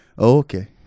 Okay